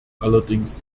allerdings